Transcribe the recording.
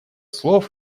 слов